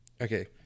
Okay